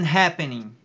happening